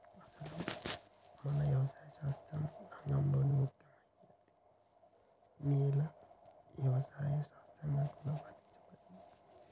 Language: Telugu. అసలు మన యవసాయ శాస్త్ర రంగంలో ముఖ్యమైనదిగా నేల యవసాయ శాస్త్రంగా కూడా వర్ణించబడుతుంది